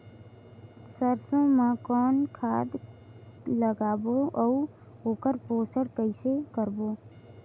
सरसो मा कौन खाद लगाबो अउ ओकर पोषण कइसे करबो?